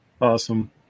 Awesome